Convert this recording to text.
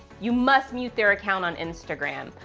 you must mute their account on instagram.